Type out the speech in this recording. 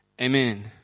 Amen